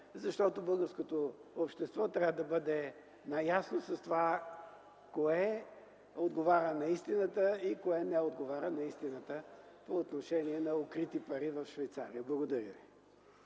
суми. Българското общество трябва да бъде наясно с това кое отговаря на истината и кое не отговаря на истината по отношение на укрити пари в Швейцария. Благодаря.